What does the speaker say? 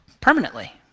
permanently